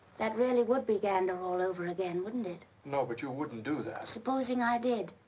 that really would be gander all over again, wouldn't it? no, but you wouldn't do that? supposing i did.